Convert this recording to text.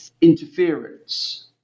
interference